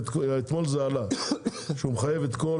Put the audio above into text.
אתמול זה עלה שהוא מחייב את כל